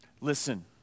listen